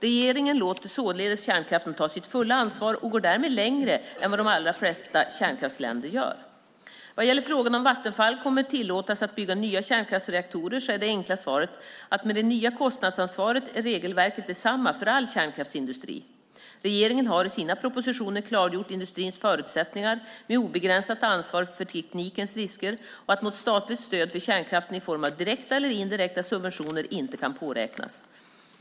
Regeringen låter således kärnkraften ta sitt fulla ansvar och går därmed längre än vad de allra flesta kärnkraftsländer gör. Vad gäller frågan om huruvida Vattenfall kommer tillåtas att bygga nya kärnkraftsreaktorer är det enkla svaret att med det nya kostnadsansvaret är regelverket detsamma för all kärnkraftsindustri. Regeringen har i sina propositioner klargjort industrins förutsättningar med obegränsat ansvar för teknikens risker och att något statligt stöd för kärnkraften i form av direkta eller indirekta subventioner inte kan påräknas.